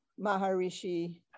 maharishi